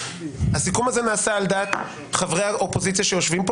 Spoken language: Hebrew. הסיכום הזה נעשה על דעת חברי האופוזיציה שיושבים כאן.